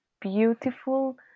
beautiful